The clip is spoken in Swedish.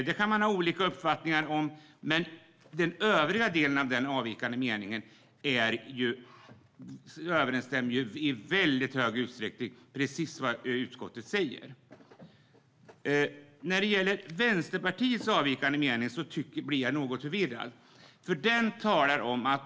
Det kan man ha olika uppfattning om, men i övrigt överensstämmer denna avvikande mening i stor utsträckning med vad utskottet säger. Vänsterpartiets avvikande mening gör mig något förvirrad.